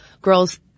girls